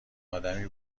آدمی